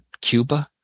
cuba